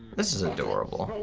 this is adorable.